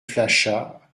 flachat